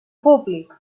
públic